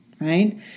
right